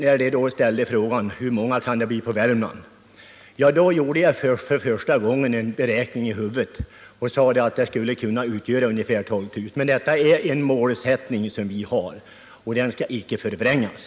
När de ställde frågan hur många det kan bli utslaget på Värmland, så gjorde jag för första gången en beräkning i huvudet och sade att det skulle kunna röra sig om ungefär 12 000. Men detta är en målsättning som vi har, och den skall icke förvrängas.